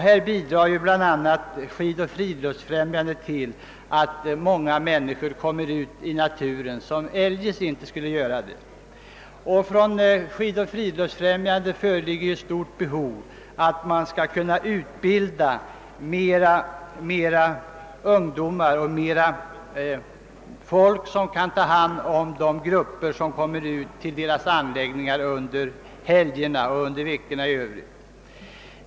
a. bidrar Skidoch friluftsfrämjandet till att många människor, som eljest inte skulle komma ut i naturen, gör det. Skidoch friluftsfrämjandet har stort behov av att utbilda fler människor som kan ta hand om de grupper som kommer till dess anläggningar under helgerna och under veckorna i övrigt.